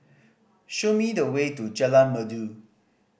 show me the way to Jalan Merdu